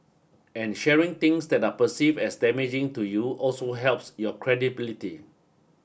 and sharing things that are perceived as damaging to you also helps your credibility